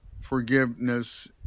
forgiveness